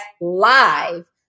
Live